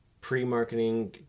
pre-marketing